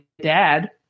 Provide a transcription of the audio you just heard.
dad